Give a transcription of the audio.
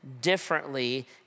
differently